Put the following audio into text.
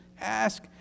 ask